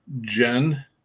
Jen